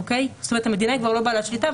זאת אומרת המדינה היא כבר לא בעלת שליטה,